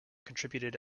contributed